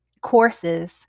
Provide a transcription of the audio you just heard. courses